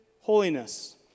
holiness